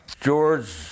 George